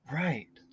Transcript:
right